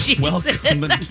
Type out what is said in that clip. Welcome